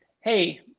Hey